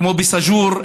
כמו בסאג'ור,